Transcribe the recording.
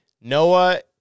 Noah